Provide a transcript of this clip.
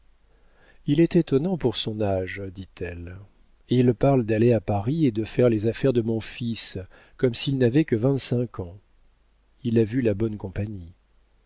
il est étonnant pour son âge dit-elle il parle d'aller à paris et de faire les affaires de mon fils comme s'il n'avait que vingt-cinq ans il a vu la bonne compagnie